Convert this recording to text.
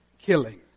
killing